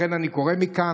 לכן אני קורא מכאן: